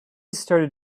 started